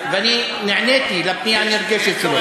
ואני נעניתי לפנייה הנרגשת שלו.